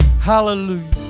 Hallelujah